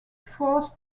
forced